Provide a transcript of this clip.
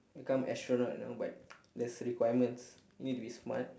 become astronaut but there's requirements you need to be smart